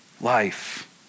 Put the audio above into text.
life